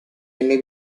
nelle